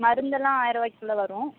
மருந்தெல்லாம் ஆயர்ரூவாய்க்குள்ளே வரும்